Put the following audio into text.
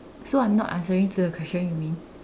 so I'm not answering to the question you mean